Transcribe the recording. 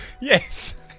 Yes